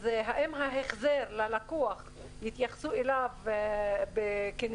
אז האם החזר ללקוח יתייחסו אליו כנסיבות